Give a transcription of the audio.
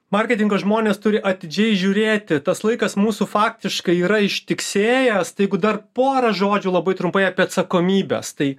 marketingo žmonės turi atidžiai žiūrėti tas laikas mūsų faktiškai yra ištiksėjęs tai jeigu dar porą žodžių labai trumpai apie atsakomybes tai